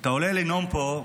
אתה עולה לנאום פה,